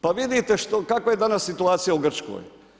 Pa vidite kakva je danas situacija u Grčkoj.